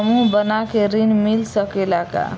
समूह बना के ऋण मिल सकेला का?